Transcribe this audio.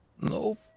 Nope